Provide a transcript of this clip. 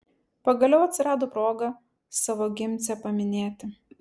pagaliau atsirado proga savo gimcę paminėti